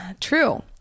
True